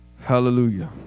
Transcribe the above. hallelujah